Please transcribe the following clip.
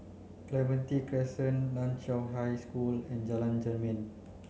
Clementi Crescent Nan Chiau High School and Jalan Jermin